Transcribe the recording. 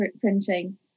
printing